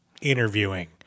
interviewing